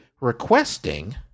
requesting